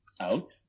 out